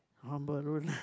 uh maroon